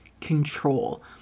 control